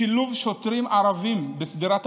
שילוב שוטרים ערבים בשדרת הפיקוד,